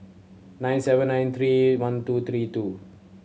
nine seven five three one two three two